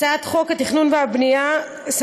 הצעת חוק התכנון והבנייה (תיקון,